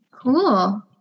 cool